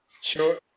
sure